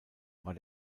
war